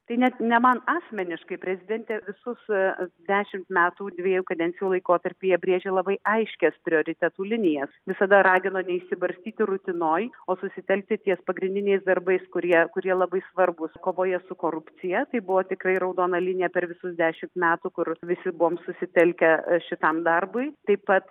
tai net ne man asmeniškai prezidentė visus dešimt metų dviejų kadencijų laikotarpyje brėžė labai aiškias prioritetų linijas visada ragino neišsibarstyti rutinoj o susitelkti ties pagrindiniais darbais kurie kurie labai svarbūs kovoje su korupcija tai buvo tikrai raudona linija per visus dešimt metų kur visi buvom susitelkę šitam darbui taip pat